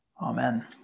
Amen